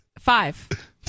Five